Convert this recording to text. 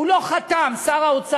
הוא לא חותם, שר האוצר.